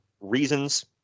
reasons